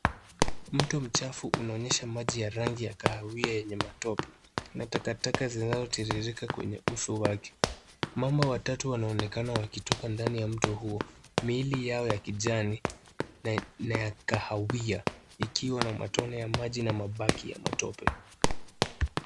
Mto mchafu unaonyesha maji ya rangi ya kahawia yenye matope na takataka zinazotiririka kwenye uso wake. Mamba watatu wanaonekana wakitoka ndani ya mto huo, miili yao ya kijani na ya kahawia ikiwa na matone ya maji na mabaki ya matope.